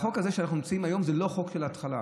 החוק הזה היום זה לא חוק של התחלה,